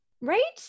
right